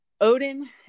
Odin